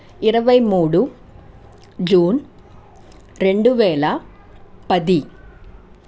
ఇరవై మూడు జూన్ రెండు వేల పది